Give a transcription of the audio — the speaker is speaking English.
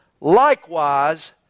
Likewise